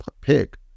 pick